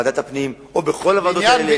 ועדת הפנים או כל ועדה אחרת,